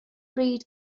bryd